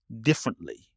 differently